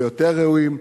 ויותר ראויים,